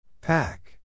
Pack